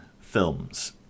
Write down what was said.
films